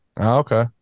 Okay